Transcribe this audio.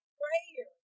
prayer